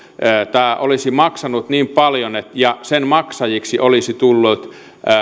tämä olisi maksanut niin paljon ja sen maksajiksi olisivat tulleet